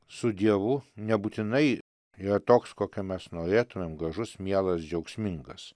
su dievu nebūtinai yra toks kokio mes norėtumėm gražus mielas džiaugsmingas